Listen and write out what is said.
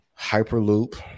Hyperloop